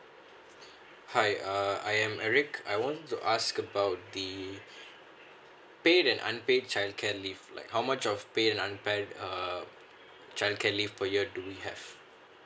hi uh I'm eric I want to ask about the uh pay and unpaid childcare leave like how much of paid and unpaid um childcare leave per year do we have